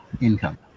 income